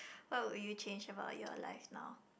what would you change about your life now